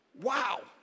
Wow